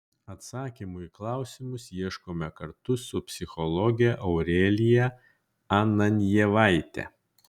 atsakymų į klausimus ieškome kartu su psichologe aurelija ananjevaite